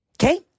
Okay